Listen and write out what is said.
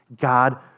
God